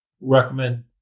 recommend